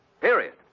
Period